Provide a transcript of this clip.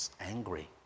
angry